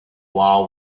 vow